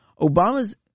Obama's